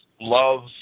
love